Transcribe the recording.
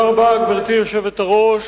גברתי היושבת-ראש,